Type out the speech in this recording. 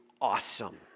awesome